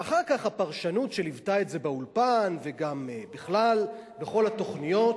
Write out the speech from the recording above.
ואחר כך הפרשנות שליוותה את זה באולפן ובכלל בכל התוכניות,